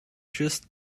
just